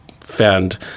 Found